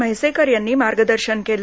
म्हैसेकेर यांनी मार्गदर्शन केले